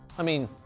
i mean,